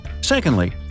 Secondly